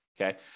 Okay